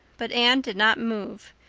but anne did not move,